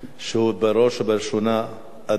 שהוא בראש ובראשונה אדם,